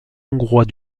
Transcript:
hongrois